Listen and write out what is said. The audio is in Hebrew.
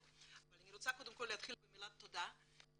אבל אני רוצה קודם כול להתחיל במילת תודה ליושב-ראש